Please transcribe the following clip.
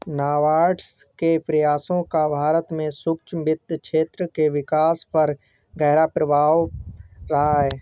नाबार्ड के प्रयासों का भारत के सूक्ष्म वित्त क्षेत्र के विकास पर गहरा प्रभाव रहा है